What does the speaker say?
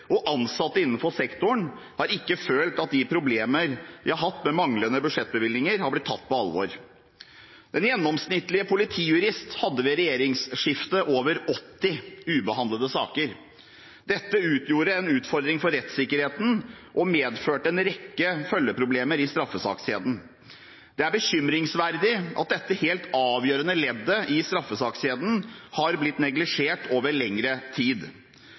og ansatte innenfor sektoren har ikke følt at problemene de har hatt med manglende budsjettbevilgninger, har blitt tatt på alvor. Den gjennomsnittlige politijurist hadde ved regjeringsskiftet over 80 ubehandlede saker. Dette utgjorde en utfordring for rettssikkerheten og medførte en rekke følgeproblemer i straffesakskjeden. Det er bekymringsfullt at dette helt avgjørende leddet i straffesakskjeden har blitt neglisjert over lengre tid.